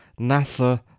NASA